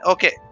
Okay